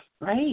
Right